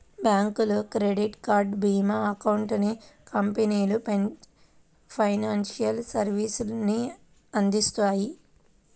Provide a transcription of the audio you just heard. బ్యాంకులు, credit card, భీమా, accountancy కంపెనీలు ఫైనాన్షియల్ సర్వీసెస్ ని అందిత్తాయి